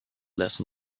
less